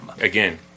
Again